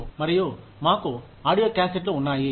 మరియు మాకు ఆడియో క్యాసెట్లు ఉన్నాయి